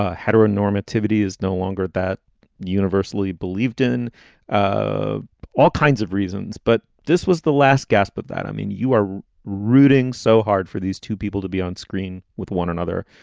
ah heteronormativity is no longer that universally believed in ah all kinds of reasons. but this was the last gasp of that. i mean, you are rooting so hard for these two people to be onscreen with one another.